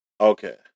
okay